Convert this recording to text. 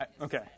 Okay